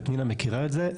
ופנינה מכירה את זה,